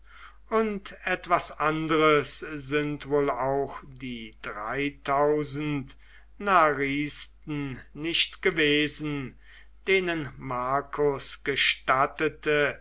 und etwas anderes sind wohl auch die dreitausend nicht gewesen denen marcus gestattete